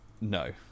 No